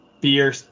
beer